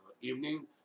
evening